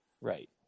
Right